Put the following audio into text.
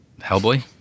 Hellboy